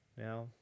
Now